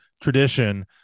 tradition